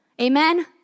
Amen